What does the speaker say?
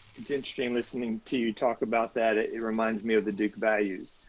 it's interesting listening to you talk about that, it reminds me of the duke values,